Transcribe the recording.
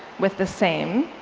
with, the same.